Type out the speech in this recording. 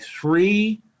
three